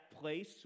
place